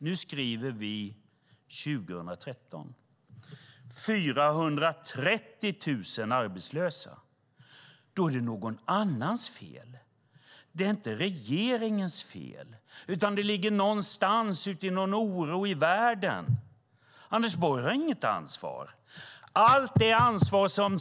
Nu skriver vi 2013 och 430 000 är arbetslösa. Då är det någon annans fel. Det är inte regeringens fel, utan det ligger någonstans ute i någon oro i världen. Anders Borg har inget ansvar.